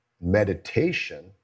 meditation